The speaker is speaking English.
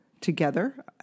together